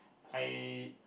I